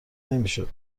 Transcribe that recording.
نمیشد